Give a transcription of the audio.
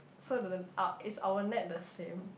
so didn't uh is our net the same